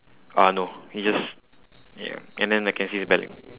uh no he just ya and then I can see his belly